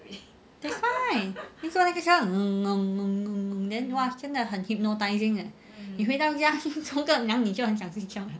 that's why 每次坐那个车很 then !wah! 真的很 hypnotising eh 回到家冲凉就很想睡觉了